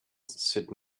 sit